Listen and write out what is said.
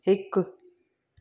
हिकु